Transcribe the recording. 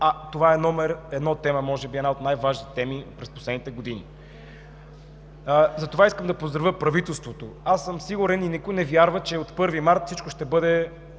а това е тема номер 1, може би е една от най-важните теми през последните години. Затова искам да поздравя правителството. Аз съм сигурен, а и никой не вярва, че от 1 март всичко ще бъде